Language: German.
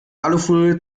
alufolie